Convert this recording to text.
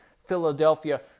Philadelphia